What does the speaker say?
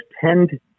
tend